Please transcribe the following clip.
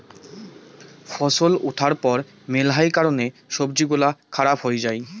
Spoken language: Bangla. ফছল উঠার পর মেলহাই কারণে সবজি গুলা খারাপ হই যাই